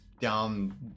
down